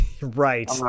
right